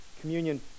communion